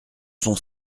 son